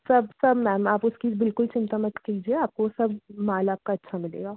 सब सब मैम आप उसकी बिल्कुल चिंता मत कीजिए आपको सब माल आपका अच्छा मिलेगा